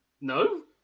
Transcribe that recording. No